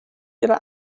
ihrer